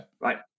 Right